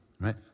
Right